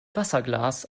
wasserglas